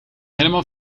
helemaal